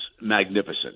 magnificent